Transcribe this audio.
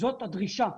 ,זאת הדרישה.